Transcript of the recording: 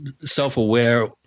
self-aware